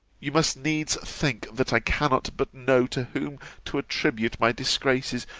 you must needs think, that i cannot but know to whom to attribute my disgraces,